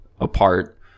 apart